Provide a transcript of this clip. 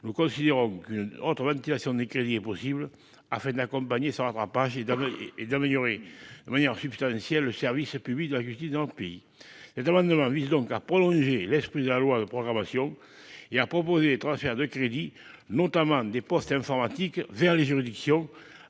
nous considérons une autre motivation des crédits est possible afin d'accompagner ce rattrapage est d'abord et d'améliorer oui en substantielle le service public de la justice dans pays les amendements donc à prolonger l'esprit de la loi de programmation et à proposer des transferts de crédits notamment des postes informatiques vers les juridictions